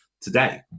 today